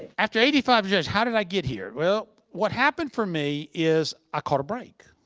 after eighty five, how did i get here? well, what happened for me is, i caught a break.